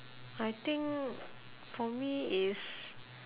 I think for me it's